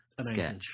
sketch